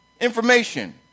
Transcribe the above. Information